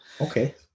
Okay